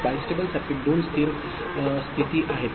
एक bistable circuit दोन स्थिर राज्ये आहेत